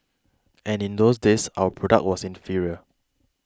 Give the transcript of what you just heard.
and in those days our product was inferior